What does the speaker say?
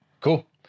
Cool